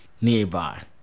nearby